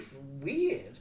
weird